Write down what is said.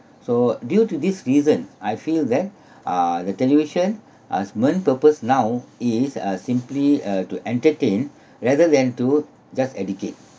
so due to this reason I feel that uh the television uh main purpose now is uh simply uh to entertain rather than to just educate